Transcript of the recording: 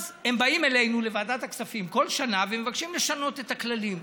אז הם באים אלינו לוועדת הכספים כל שנה ומבקשים לשנות את הכללים,